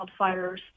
wildfires